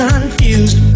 Confused